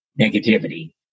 negativity